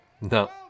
No